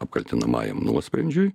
apkaltinamajam nuosprendžiui